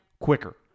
quicker